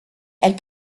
elle